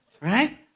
right